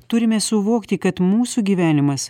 turime suvokti kad mūsų gyvenimas